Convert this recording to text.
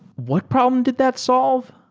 what problem did that solve?